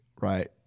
right